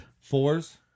Fours